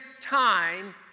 time